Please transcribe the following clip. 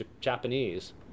Japanese